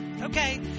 Okay